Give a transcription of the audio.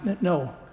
no